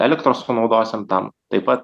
elektros panaudosim tam taip pat